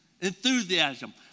Enthusiasm